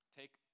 take